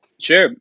Sure